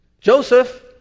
Joseph